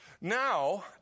Now